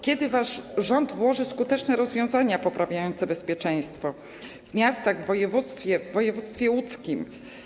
Kiedy wasz rząd wdroży skuteczne rozwiązania poprawiające bezpieczeństwo w miastach, w województwie, w województwie łódzkim?